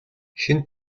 хэн